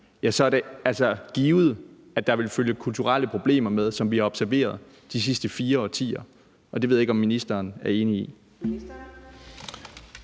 så er det altså givet, at der vil følge kulturelle problemer med, sådan som vi har observeret det de sidste 4 årtier. Det ved jeg ikke om ministeren er enig i.